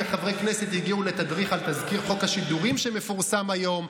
וחברי כנסת הגיעו לתדריך על תזכיר חוק השידורים שמפורסם היום,